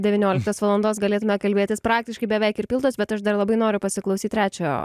devynioliktos valandos galėtume kalbėtis praktiškai beveik ir pildosi bet aš dar labai noriu pasiklausyt trečio